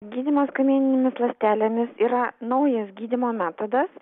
gydymas kamieninėmis ląstelėmis yra naujas gydymo metodas